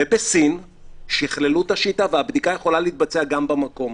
ובסין שכללו את השיטה והבדיקה יכולה להתבצע גם במקום.